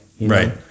Right